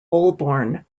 holborn